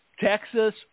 Texas